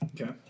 Okay